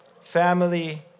family